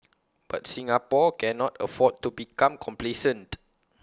but Singapore cannot afford to become complacent